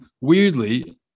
weirdly